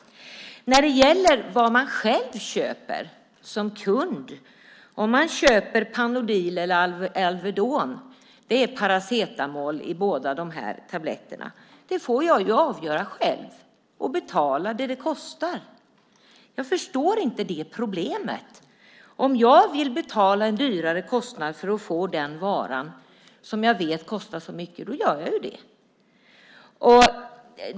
När det gäller vad man som kund ska köpa, om man ska köpa Panodil eller Alvedon - det är paracetamol i båda tabletterna - får man avgöra det själv och betala vad det kostar. Jag förstår inte det problemet. Om jag vill betala en högre kostnad för att få den vara som jag vet kostar så mycket gör jag det.